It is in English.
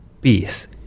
Peace